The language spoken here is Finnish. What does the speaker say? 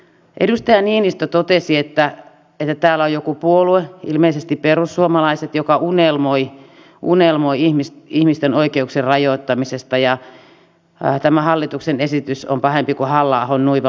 edustaja niinistö totesi että täällä on joku puolue ilmeisesti perussuomalaiset joka unelmoi ihmisten oikeuksien rajoittamisesta ja tämä hallituksen esitys on pahempi kuin halla ahon nuiva manifesti